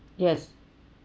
yes